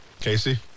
Casey